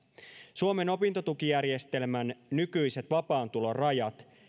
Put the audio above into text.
suomen opintotukijärjestelmän nykyiset vapaan tulon rajat